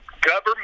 government